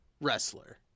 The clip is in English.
wrestler